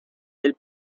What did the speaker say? del